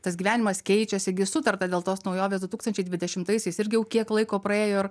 tas gyvenimas keičiasi gi sutarta dėl tos naujovės du tūkstančiai dvidešimtaisiais irgi jau kiek laiko praėjo ir